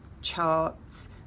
charts